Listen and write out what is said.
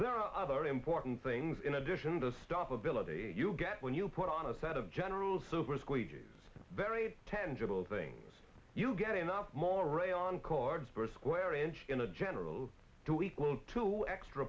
there are other important things in addition the stop ability you get when you put on a set of general super squeegee very tender buildings you get enough more rain on cords per square inch in a general to equal to extra